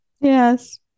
yes